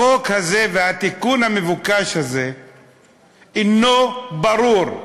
החוק הזה והתיקון המבוקש הזה אינו ברור.